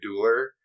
dueler